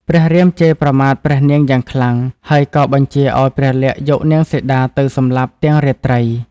ព្រះរាមជេរប្រមាថព្រះនាងយ៉ាងខ្លាំង ហើយក៏បញ្ជាឱ្យព្រះលក្សណ៍យកនាងសីតាទៅសម្លាប់ទាំងរាត្រី។